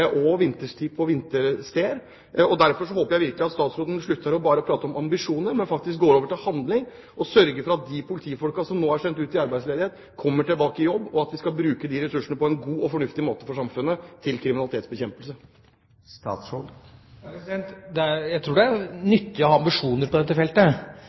og på vinterstid på vintersteder. Derfor håper jeg virkelig at statsråden slutter å prate bare om ambisjoner, men faktisk går over til handling, og sørger for at de politifolkene som nå er sendt ut i arbeidsledighet, kommer tilbake i jobb, og at vi bruker de ressursene på en god og fornuftig måte for samfunnet, til kriminalitetsbekjempelse. Jeg tror det er nyttig å ha ambisjoner på dette feltet.